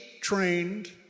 trained